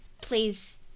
Please